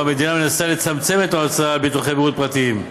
שבו המדינה מנסה לצמצם את ההוצאה על ביטוחי בריאות פרטיים.